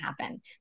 happen